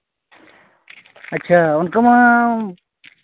ᱟᱪᱪᱷᱟ ᱚᱱᱠᱟᱢᱟ